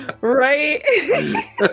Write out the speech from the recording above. Right